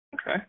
Okay